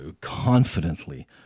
confidently